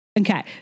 Okay